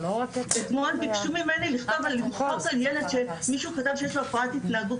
אתמול בקשו ממני לכתוב על ילד שמישהו כתב שיש לו הפרעת התנהגות